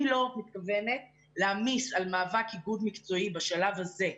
אני לא מתכוונת להעמיס על מאבק איגוד מקצועי בשלב הזה ,